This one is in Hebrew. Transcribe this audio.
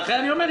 לכן אני אומר: